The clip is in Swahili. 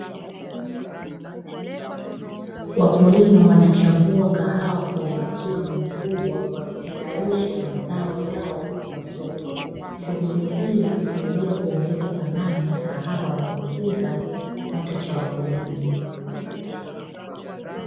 Wakulima wanachambua kahawa kwa umakini mkubwa wakitayarisha mazao yao kwa soko. Shughuli hii husaidia kuongeza thamani ya kahawa na kukuza kipato cha wakulima.